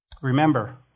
Remember